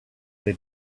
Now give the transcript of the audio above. they